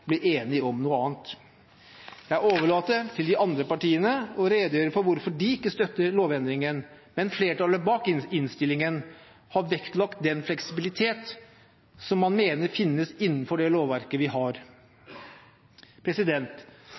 blir enige om noe annet. Jeg overlater til de andre partiene å redegjøre for hvorfor de ikke støtter lovendringen, men flertallet bak innstillingen har vektlagt den fleksibilitet man mener finnes innenfor det lovverket vi har.